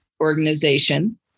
organization